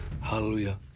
Hallelujah